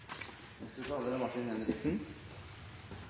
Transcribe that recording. Neste taler er